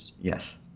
Yes